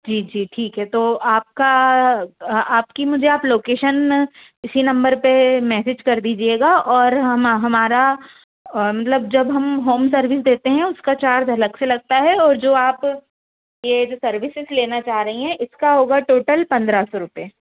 जी जी ठीक है तो आप का आपकी मुझे आप लोकेशन इसी नंबर पर मैसेज कर दीजिएगा और हम हमारा मतलब जब हम होम सर्विस देते हैं उसका चार्ज अलग से लगता है और जो आप ये सर्विसेस लेना चाह रही हैं इसका होगा टोटल पंद्रह सौ रुपये